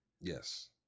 Yes